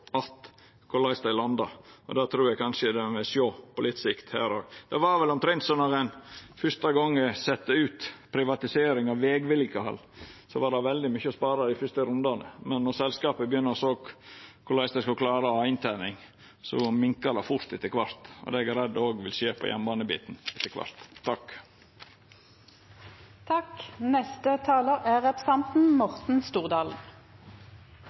korleis dei landa. Det trur eg kanskje ein vil sjå på litt sikt her òg. Det var vel omtrent som då ein for fyrste gong privatiserte vegvedlikehaldet. Då var det veldig mykje å spara dei første rundane, men då selskapet begynte å sjå korleis dei skulle klara inntening, minka det fort etter kvart. Det er eg redd vil skje òg på jernbanebiten etter kvart. Denne debatten handler på en måte vel så mye om partienes ideologi og retning, og det er